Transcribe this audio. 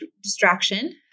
distraction